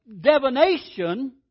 divination